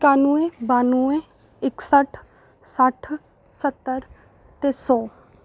कानवैं बानवैं इक सट्ठ सट्ठ स्हत्तर ते सौ